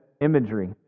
imagery